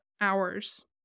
hours